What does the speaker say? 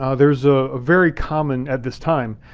ah there's ah a very common, at this time,